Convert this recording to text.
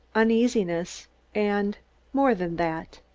uneasiness and more than that.